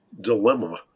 dilemma